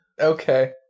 Okay